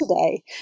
today